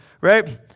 Right